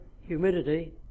humidity